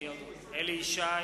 יש עוד